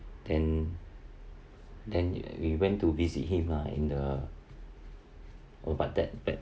then then we went to visit him lah in the oh but that